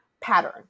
pattern